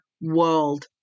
world